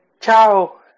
Ciao